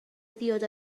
diod